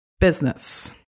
business